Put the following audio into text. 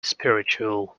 spiritual